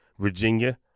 Virginia